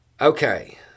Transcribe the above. Okay